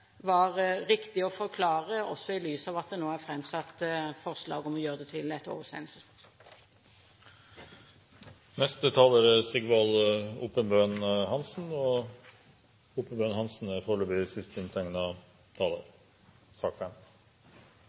var riktig å forklare, også i lys av at det nå er framsatt forslag om å gjøre det til et oversendelsesforslag. Situasjonen er,